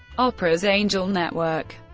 oprah's angel network